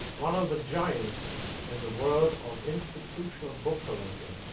one of the giants in the world of institutional book collecting,